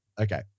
Okay